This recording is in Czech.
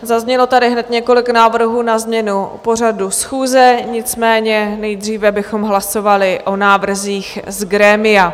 Zaznělo tady hned několik návrhů na změnu pořadu schůze, nicméně nejdříve bychom hlasovali o návrzích z grémia.